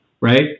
right